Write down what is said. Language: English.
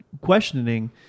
questioning